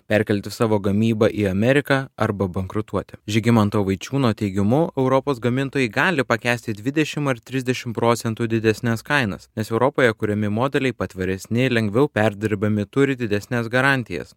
perkelti savo gamybą į ameriką arba bankrutuoti žygimanto vaičiūno teigimu europos gamintojai gali pakęsti dvidešim ar trisdešim procentų didesnes kainas nes europoje kuriami modeliai patvaresni lengviau perdirbami turi didesnes garantijas